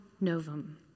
novum